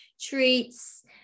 treats